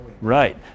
Right